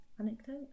Anecdote